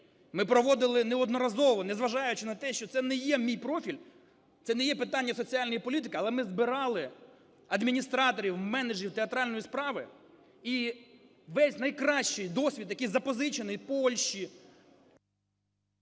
Ми проводили неодноразово, не зважаючи на те, що це не є мій профіль, це не є питання соціальної політики, але ми збирали адміністраторів, менеджерів театральної справи, і весь найкращий досвід, який запозичений у Польщі…